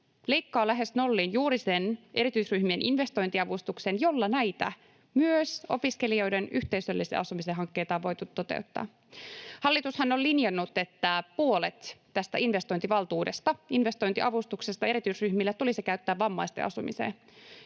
leikkaa lähes nolliin juuri sen erityisryhmien investointiavustuksen, jolla myös näitä opiskelijoiden yhteisöllisen asumisen hankkeita on voitu toteuttaa. Hallitushan on linjannut, että puolet tästä investointivaltuudesta ja investointiavustuksesta erityisryhmille tulisi käyttää vammaisten asumiseen.